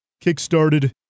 kick-started